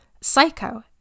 Psycho